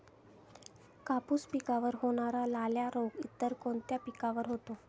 कापूस पिकावर होणारा लाल्या रोग इतर कोणत्या पिकावर होतो?